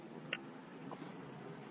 अब आप एक प्रोग्राम डेवलप कर सकते हैं